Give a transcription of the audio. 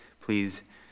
please